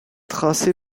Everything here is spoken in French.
tracée